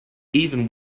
even